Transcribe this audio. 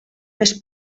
més